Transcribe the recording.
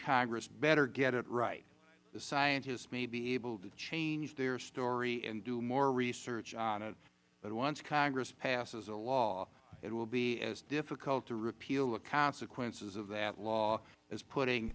congress better get it right the scientists may be able to change their story and do more research on it but once congress passes a law it will be as difficult to repeal the consequences of that law as putting